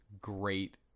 great